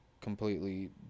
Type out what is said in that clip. completely